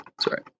Sorry